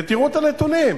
תראו את הנתונים.